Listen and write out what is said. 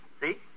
See